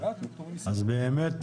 אז באמת,